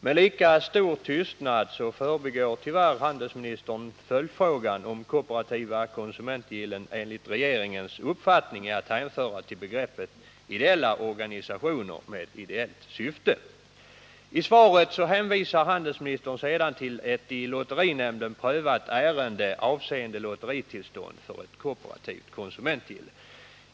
Med lika stor tystnad förbigår tyvärr handelsministern följdfrågan om kooperativa konsumentgillen enligt regeringens uppfattning är att hänföra till begreppet ideella organisationer med ideellt syfte. I svaret hänvisar handelsministern sedan till ett i lotterinämnden prövat ärende avseende lotteritillstånd för ett kooperativt konsumentgille.